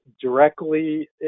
directly